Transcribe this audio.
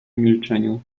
milczeniu